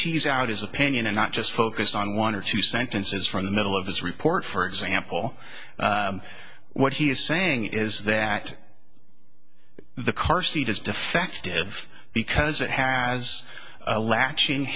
tease out his opinion and not just focus on one or two sentences from the middle of his report for example what he's saying is that the car seat is defective because it has a latching